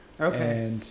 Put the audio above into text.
Okay